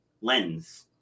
lens